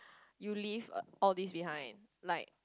you leave all these behind like